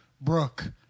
Brooke